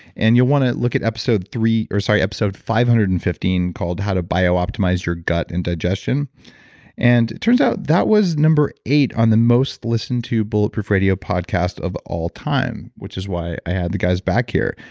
and you'll want to look at episode three, sorry, episode five hundred and fifteen called how to b ioptimize your gut and digestion and it turns out that was number eight on the most listened to bulletproof radio podcast of all time, which is why i had the guys back here.